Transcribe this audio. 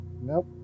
Nope